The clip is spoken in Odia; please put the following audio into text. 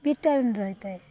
ଭିଟାମିନ୍ ରହିଥାଏ